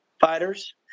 fighters